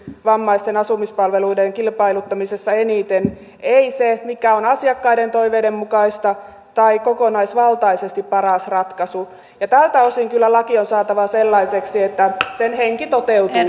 vammaisten asumispalveluiden kilpailuttamisessa eniten ei se mikä on asiakkaiden toiveiden mukaista tai kokonaisvaltaisesti paras ratkaisu tältä osin kyllä laki on saatava sellaiseksi että sen henki toteutuu